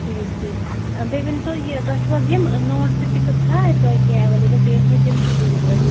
ٹھیٖک ٹھیٖک بیٚیہِ ؤنۍتو یہِ تۄہہِ چھُو حظ یِم نوٹ سِٹٕکٕز چھا اَتہِ تۄہہِ کیٚنٛہہ ایولیبل بیٚیہِ ٲسۍ مےٚ تِم تہِ ضُروٗرت